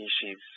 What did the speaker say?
species